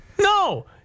No